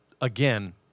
again